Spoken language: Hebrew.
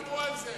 הם לא חתמו על זה.